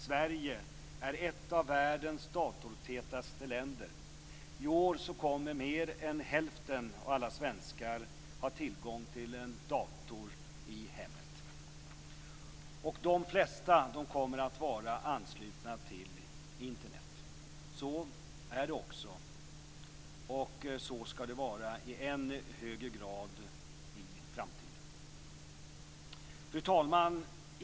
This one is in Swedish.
Sverige är ett av världens datortätaste länder. I år kommer mer än hälften av alla svenskar att ha tillgång till en dator i hemmet. De flesta kommer att vara anslutna till Internet. Så är det, och så skall det vara i ännu högre grad i framtiden. Fru talman!